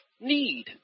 need